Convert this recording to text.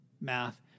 math